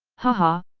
haha,